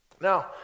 Now